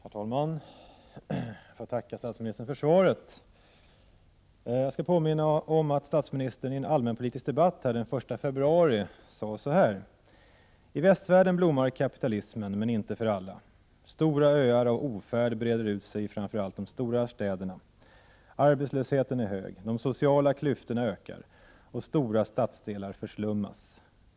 Herr talman! Jag vill tacka statsministern för svaret och påminna honom om att han i den allmänpolitiska debatten den 1 februari i år sade: ”I västvärlden blomstrar kapitalismen. Men inte för alla. Stora öar av ofärd breder ut sig i framför allt de stora städerna. Arbetslösheten är hög, de sociala klyftorna ökar och stora stadsdelar förslummas.